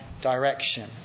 direction